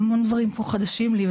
המון דברים פה הם חדשים לי,